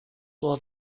war